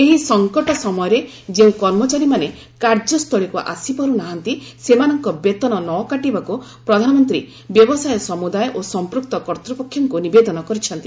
ଏହି ସଂକଟ ସମୟରେ ଯେଉଁ କର୍ମଚାରୀମାନେ କାର୍ଯ୍ୟସ୍ଥଳୀକୁ ଆସିପାରୁ ନାହାନ୍ତି ସେମାନଙ୍କ ବେତନ ନ କାଟିବାକୁ ପ୍ରଧାନମନ୍ତ୍ରୀ ବ୍ୟବସାୟ ସମୁଦାୟ ଓ ସଂପୃକ୍ତ କର୍ତ୍ତ୍ୱପକ୍ଷଙ୍କୁ ନିବେଦନ କରିଛନ୍ତି